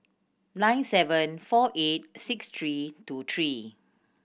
nine seven four eight six three two three